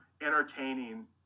entertaining